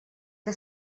que